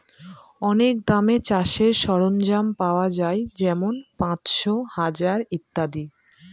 অনেক দামে চাষের সরঞ্জাম পাওয়া যাই যেমন পাঁচশো, হাজার ইত্যাদি